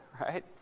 right